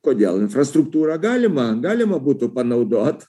kodėl infrastruktūra galima galima būtų panaudot